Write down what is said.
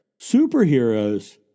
Superheroes